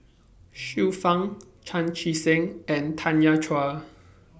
Xiu Fang Chan Chee Seng and Tanya Chua